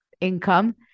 income